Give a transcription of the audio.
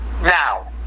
now